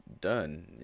done